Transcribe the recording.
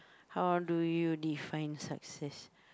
how do you define success